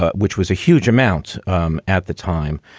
ah which was a huge amount um at the time.